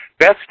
Best